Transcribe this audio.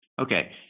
Okay